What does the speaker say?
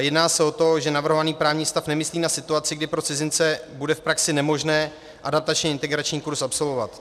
Jedná se o to, že navrhovaný právní stav nemyslí na situace, kdy pro cizince bude v praxi nemožné adaptačně integrační kurz absolvovat.